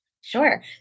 Sure